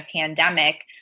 pandemic